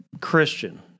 Christian